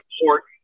important